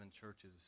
churches